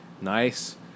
nice